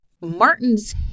Martin's